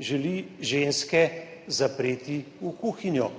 želi ženske zapreti v kuhinjo.